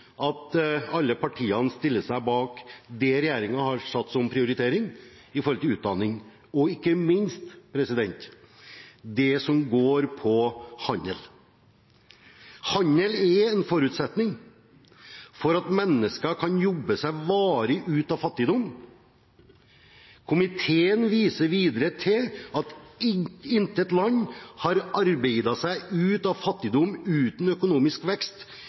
stiller seg bak det regjeringen har satt som en prioritering med tanke på utdanning og ikke minst det som handler om handel. Handel er en forutsetning for at mennesker skal kunne jobbe seg varig ut av fattigdom. Komiteen viser videre til at «intet land har arbeidet seg ut av fattigdom uten økonomisk vekst,